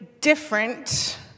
different